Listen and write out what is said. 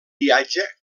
viatge